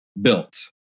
built